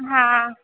हँ हँ